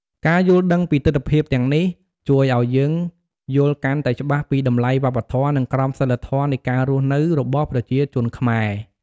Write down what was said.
ការយល់ដឹងពីទិដ្ឋភាពទាំងនេះ ជួយឱ្យយើងយល់កាន់តែច្បាស់ពីតម្លៃវប្បធម៌ និងក្រមសីលធម៌នៃការរស់នៅរបស់ប្រជាជនខ្មែរ។